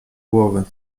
głowy